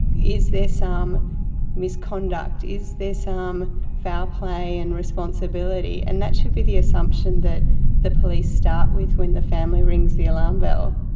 is there some misconduct? is there some foul play and responsibility? and that should be the assumption that the police start with when the family rings the alarm bell.